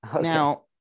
Now